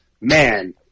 Man